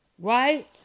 Right